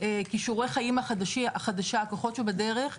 כישורי חיים החדשה הכוחות שבדרך,